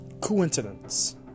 Coincidence